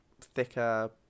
thicker